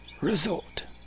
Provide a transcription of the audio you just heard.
resort